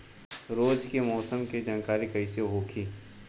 रोज के मौसम के जानकारी कइसे होखि?